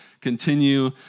continue